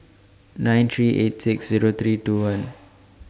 nine three eight six Zero three two one